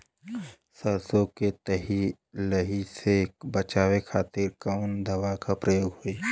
सरसो के लही से बचावे के खातिर कवन दवा के प्रयोग होई?